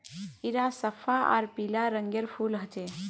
इरा सफ्फा आर पीला रंगेर फूल होचे